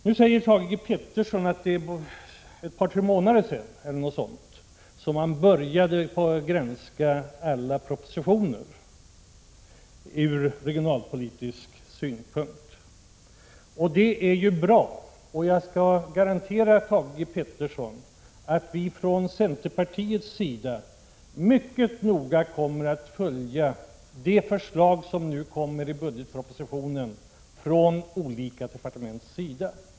Nu säger Thage Peterson att det var för ett par tre månader sedan som man började att granska alla propositioner från regionalpolitisk synpunkt. Det är bra. Jag kan garantera Thage Peterson att vi från centerpartiets sida mycket noga kommer att följa de förslag som framläggs i budgetpropositionen när det gäller olika departement.